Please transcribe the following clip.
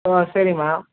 ஆ சரிங்க மேம்